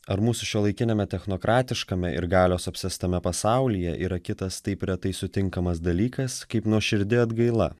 ar mūsų šiuolaikiniame technokratiškame ir galios apsėstame pasaulyje yra kitas taip retai sutinkamas dalykas kaip nuoširdi atgaila